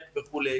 איך וכו'